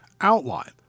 outline